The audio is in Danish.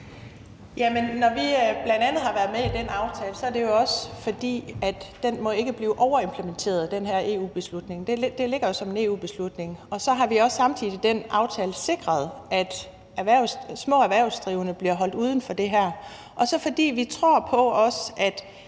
Når vi bl.a. har været med i den aftale, er det jo også, fordi den her EU-beslutning ikke må blive overimplementeret. Det ligger jo som en EU-beslutning. Så har vi også samtidig med den aftale sikret, at små erhvervsdrivende bliver holdt uden for det her. Og så er det, fordi vi også tror